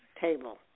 table